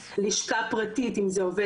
כן יש לנו איך להגיע אליהם,